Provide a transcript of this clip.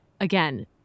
again